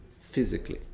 physically